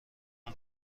اون